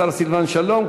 השר סילבן שלום.